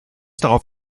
darauf